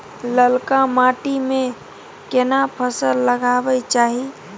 ललका माटी में केना फसल लगाबै चाही?